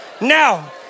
now